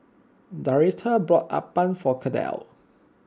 Doretha bought Appam for Kendell